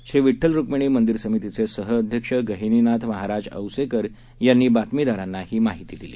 Shri Vitthal रुक्मिणीमंदिरसमितीचेसहअध्यक्षगहिनीनाथमहाराजऔसेकरयांनीबातमीदारांनाहीमाहितीदिली